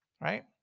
right